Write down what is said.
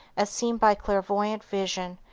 as seen by clairvoyant vision,